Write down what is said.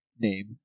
name